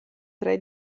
tre